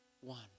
One